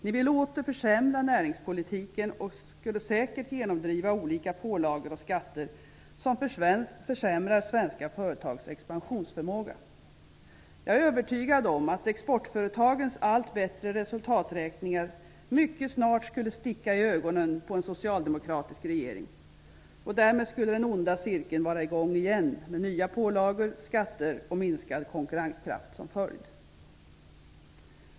Ni vill åter försämra näringspolitiken och skulle säkert genomdriva olika pålagor och skatter som försämrar svenska företags expansionsförmåga. Jag är övertygad om att exportföretagens allt bättre resultaträkningar mycket snart skulle sticka i ögonen på en socialdemokratisk regering. Därmed skulle den onda cirkeln vara i gång igen med nya pålagor, skatter och minskad konkurrenskraft som följd.